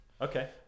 Okay